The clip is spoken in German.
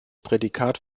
prädikat